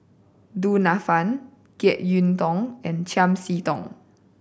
Du Nanfa Jek Yeun Thong and Chiam See Tong